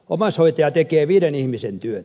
omaishoitaja tekee viiden ihmisen työt